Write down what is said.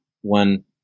one